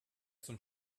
zum